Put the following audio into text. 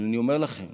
אבל אני אומר לכם